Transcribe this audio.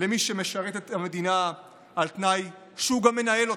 למי שמשרת את המדינה על תנאי, שהוא גם מנהל אותה.